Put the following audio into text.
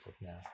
now